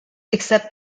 except